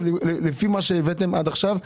ממה שהצגתם עד עכשיו,